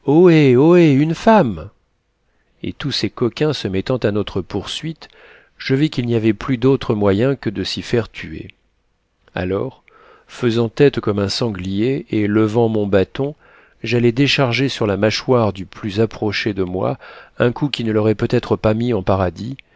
une femme et tous ces coquins se mettant à notre poursuite je vis qu'il n'y avait plus d'autre moyen que de s'y faire tuer alors faisant tête comme un sanglier et levant mon bâton j'allais décharger sur la mâchoire du plus approché de moi un coup qui ne l'aurait peut-être pas mis en paradis